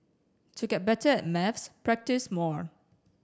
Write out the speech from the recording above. to get better at maths practise more